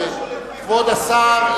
כבוד השר,